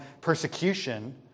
persecution